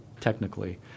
Technically